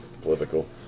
political